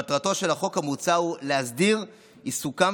מטרתו של החוק המוצע היא להסדיר את עיסוקם